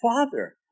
father